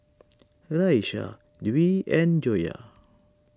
Raisya Dwi and Joyah